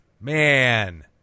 Man